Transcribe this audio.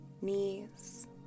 knees